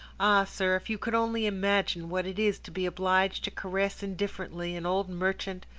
sir, if you could only imagine what it is to be obliged to caress indifferently an old merchant,